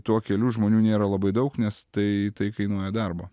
tuo keliu žmonių nėra labai daug nes tai tai kainuoja darbo